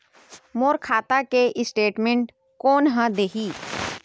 मोर खाता के स्टेटमेंट कोन ह देही?